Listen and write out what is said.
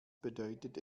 bedeutet